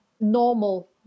normal